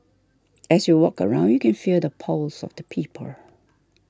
as you walk around you can feel the pulse of the people